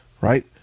right